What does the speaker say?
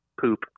poop